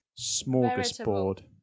smorgasbord